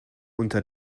unter